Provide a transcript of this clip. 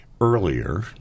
earlier